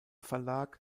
verlag